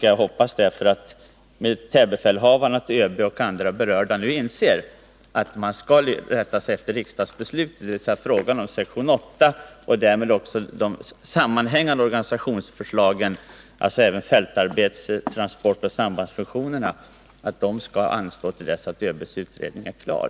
Jag hoppas därför att militärbefälhavarna, ÖB och andra nu berörda inser att man skall rätta sig efter riksdagsbeslutet, dvs. att frågan om sektion 8 och därmed också de sammanhängande organisationsförslagen — inkl. fältarbets-, transportoch sambandsfunktionerna — skall anstå tills ÖB:s utredning är klar.